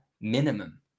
minimum